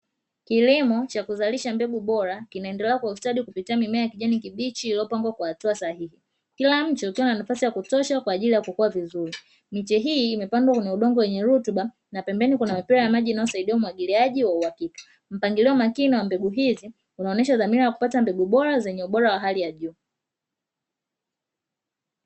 Kilimo cha kuzalisha mbegu bora, kinaendelea kwa ustadi kupitia mimea ya kijani kibichi iliyopangwa kwa hatua sahihi. Kila mche ukiwa una nafasi ya kutosha kwa ajili ya kukua vizuri. Miche hii imepandwa kwenye udongo wenye rutuba na pembeni kuna mipira ya maji inayosaidia umwagiliaji wa uhakika. Mpangilio makini wa mbegu hizi unaonyesha dhamira ya kupata mbegu bora zenye ubora wa hali ya juu..